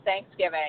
Thanksgiving